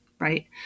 right